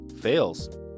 fails